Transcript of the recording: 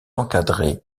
encadrée